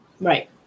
Right